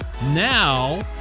Now